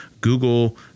Google